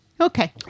Okay